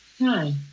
Hi